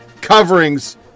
coverings